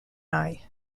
eye